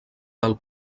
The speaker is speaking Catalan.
del